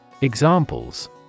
Examples